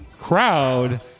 crowd